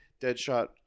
Deadshot